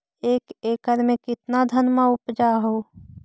एक एकड़ मे कितना धनमा उपजा हू?